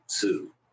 two